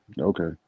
Okay